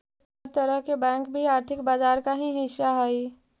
हर तरह के बैंक भी आर्थिक बाजार का ही हिस्सा हइ